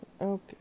Okay